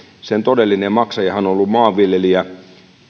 todellinen maksajahan on ollut maanviljelijä